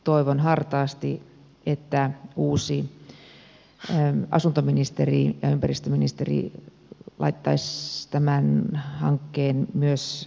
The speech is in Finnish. toivon hartaasti että uusi asuntoministeri ja ympäristöministeri laittaisivat tämän hankkeen myös jatkokaudelle